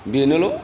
बेनोल'